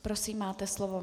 Prosím, máte slovo.